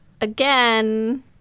again